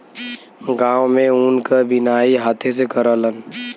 गांव में ऊन क बिनाई हाथे से करलन